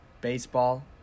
baseball